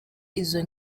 izo